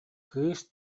кыыс